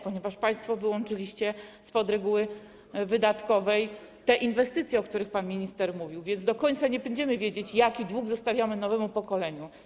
Ponieważ państwo wyłączyliście spod reguły wydatkowej inwestycje, o których mówił pan minister, do końca nie będziemy wiedzieć, jaki dług zostawiamy nowemu pokoleniu.